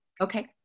Okay